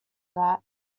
that